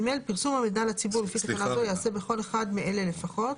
פרסום המידע לציבור לפי תקנה זו ייעשה בכל אחד מאלה לפחות,